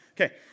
Okay